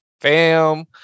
fam